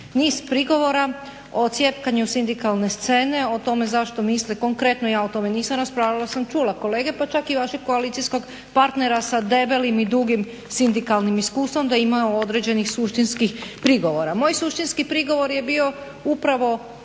niz prigovora o cjepkanju sindikalne scene, o tome zašto misle, konkretno ja o tome nisam raspravljala ali sam čula kolege, pa čak i vašeg koalicijskog partnera sa debelim i dugim sindikalnim iskustvom da ima određenih suštinskih prigovora. Moji suštinski prigovor je bio upravo